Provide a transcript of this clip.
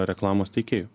reklamos teikėjų